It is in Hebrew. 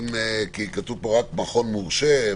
כתוב פה רק מכון מורשה,